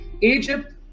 egypt